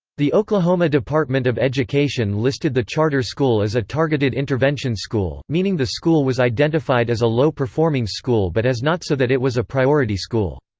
the oklahoma department of education listed the charter school as a targeted intervention school, meaning the school was identified as a low-performing school but has not so that it was a priority school.